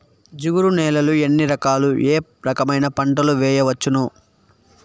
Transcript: జిగురు నేలలు ఎన్ని రకాలు ఏ రకమైన పంటలు వేయవచ్చును?